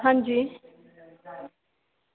हां जी